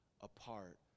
apart